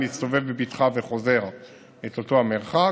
מסתובב בבטחה וחוזר את אותו המרחק.